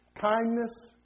kindness